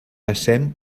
passem